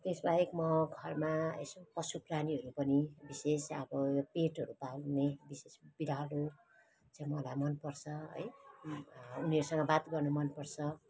त्यस बाहेक म घरमा यसो पशु प्राणीहरू पनि विशेष अब यो पेटहरू पाल्ने विशेष बिरालो चाहिँ मलाई मन पर्छ है उनीहरूसँग बात गर्नु मन पर्छ